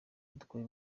dukwiye